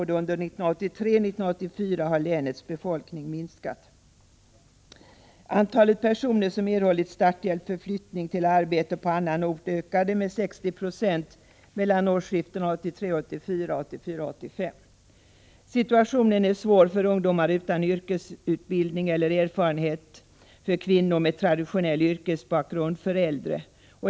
Detta måste vara fel, eftersom länets befolkning under både 1983 och 1984 har minskat. Situationen är svår för ungdomar utan yrkesutbildning eller erfarenhet, för kvinnor med traditionell yrkesbakgrund och för äldre.